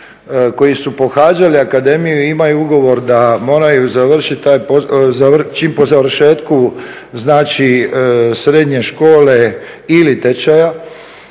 koji su pohađali akademiju i imaju ugovor da moraju završiti, čim po završetku znači srednje škole ili tečaja